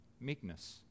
Meekness